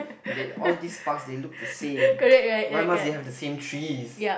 they all these pass they look the same why must they have the same trees